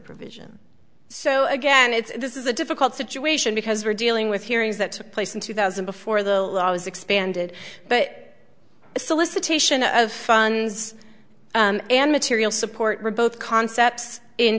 provision so again it's this is a difficult situation because we're dealing with hearings that took place in two thousand before the law was expanded but a solicitation of funds and material support for both concepts in